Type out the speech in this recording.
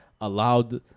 allowed